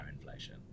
inflation